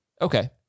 Okay